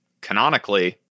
canonically